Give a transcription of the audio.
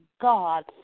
God